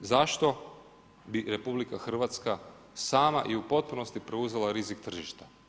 Zašto bi RH sama i u potpunosti preuzela rizik tržišta?